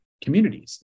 communities